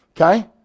Okay